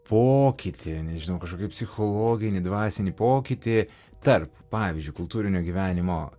pokytį nežinau kažkokį psichologinį dvasinį pokytį tarp pavyzdžiui kultūrinio gyvenimo